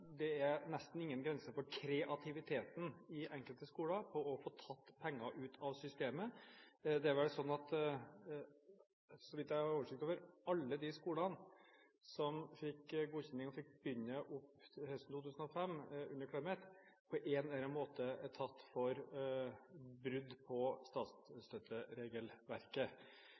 det nesten ikke er noen grenser for kreativiteten i enkelte skoler for å få tatt penger ut av systemet. Det er vel sånn – så vidt jeg har oversikt over – at alle de skolene som fikk godkjenning og fikk begynne opp høsten 2005 under Clemet, på en eller annen måte er tatt for brudd på statsstøtteregelverket.